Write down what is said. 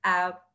app